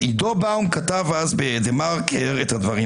עידו באום כתב אז בדה מרקר את הדברים